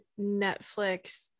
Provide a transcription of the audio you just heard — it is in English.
Netflix